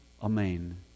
Amen